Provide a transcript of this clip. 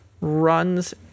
runs